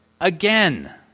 again